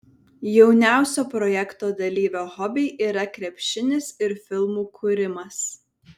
jauniausio projekto dalyvio hobiai yra krepšinis ir filmų kūrimas